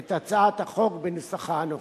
את הצעת החוק בנוסחה הנוכחי.